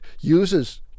uses